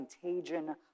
contagion